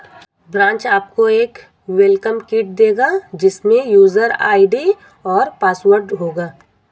branch आपको एक welcome kit देगा जिसमे यूजर आई.डी और पासवर्ड होगा